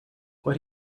what